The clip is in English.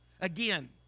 Again